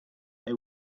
they